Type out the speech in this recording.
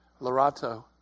lorato